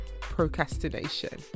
procrastination